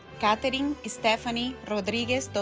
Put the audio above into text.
katheryn estefany rodriguez